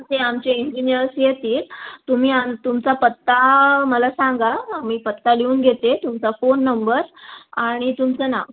ते आमचे इंजिनियर्स येतील तुम्ही आणि तुमचा पत्ता मला सांगा मी पत्ता लिहून घेते तुमचा फोन नंबर आणि तुमचं नाव